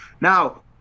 Now